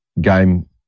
game